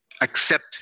Accept